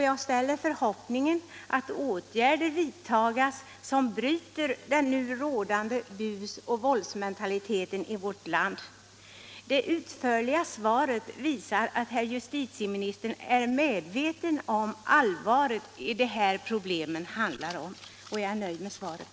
Jag hoppas nu att åtgärder vidtas som bryter den rådande busoch våldsmentaliteten i vårt land. Det utförliga svaret visar att herr justitieministern är medveten om allvaret i de här problemen. Jag är nöjd med det svaret.